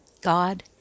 God